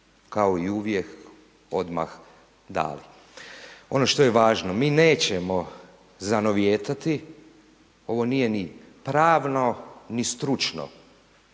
kao i uvijek odmah dali. Ono što je važno, mi nećemo zanovijetati, ovo nije ni pravno, ni stručno